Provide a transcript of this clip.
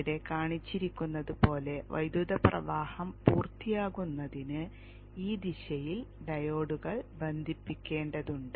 ഇവിടെ കാണിച്ചിരിക്കുന്നതുപോലെ വൈദ്യുത പ്രവാഹം പൂർത്തിയാകുന്നതിന് ഈ ദിശയിൽ ഡയോഡുകൾ ബന്ധിപ്പിക്കേണ്ടതുണ്ട്